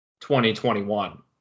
2021